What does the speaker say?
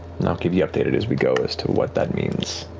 i'll keep you updated as we go as to what that means